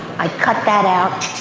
i cut that out.